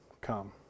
come